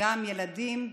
גם ילדים,